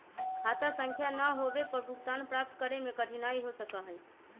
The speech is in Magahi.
खाता संख्या ना होवे पर भुगतान प्राप्त करे में कठिनाई हो सका हई